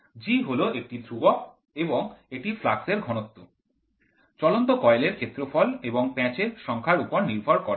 G হল একটি ধ্রুবক এবং এটি ফ্লাক্স এর ঘনত্ব চলন্ত কয়েলের ক্ষেত্রফল এবং প্যাঁচের সংখ্যার উপর নির্ভর করে না